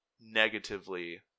negatively